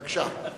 בבקשה.